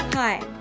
Hi